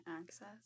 access